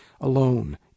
alone